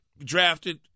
drafted